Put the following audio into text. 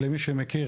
למי שמכיר,